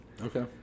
okay